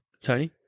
Tony